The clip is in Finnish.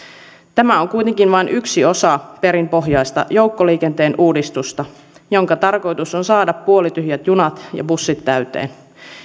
tämä on kuitenkin vain yksi osa perinpohjaista joukkoliikenteen uudistusta jonka tarkoitus on saada puolityhjät junat ja bussit täyteen